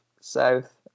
South